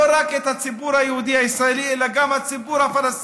לא רק את הציבור היהודי הישראלי אלא גם את הציבור הפלסטיני,